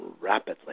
rapidly